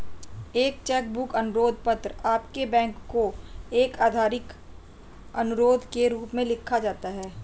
एक cheque book अनुरोध पत्र आपके बैंक को एक आधिकारिक अनुरोध के रूप में लिखा जाता है